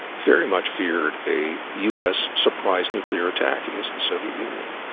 very much feared a us surprise nuclear attack against the soviet union.